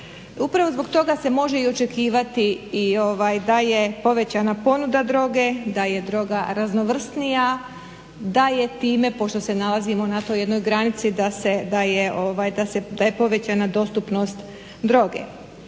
Upravo zbog toga se može i očekivati i da je povećana ponuda droge, da je droga raznovrsnija, da je time pošto se nalazimo na toj jednoj granici da je povećana dostupnost droge.